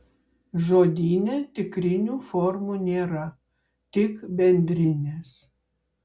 žodyne tikrinių formų nėra tik bendrinės